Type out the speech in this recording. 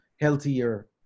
healthier